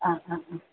ആ ആ ആ